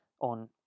on